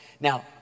Now